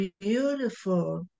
beautiful